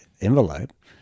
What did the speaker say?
envelope